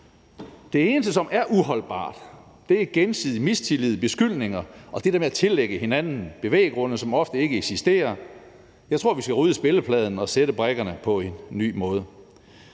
Det eneste, som er uholdbart, er gensidig mistillid og beskyldninger og det der med at tillægge hinanden bevæggrunde, som ofte ikke eksisterer. Jeg tror, vi skal rydde spillepladen og sætte brikkerne på en ny måde.